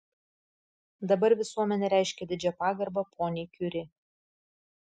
dabar visuomenė reiškia didžią pagarbą poniai kiuri